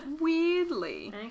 Weirdly